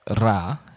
ra